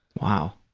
wow.